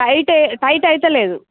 టైటే tight అయితలేదు